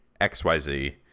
XYZ